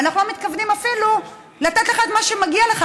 ואנחנו לא מתכוונים אפילו לתת לך את מה שמגיע לך.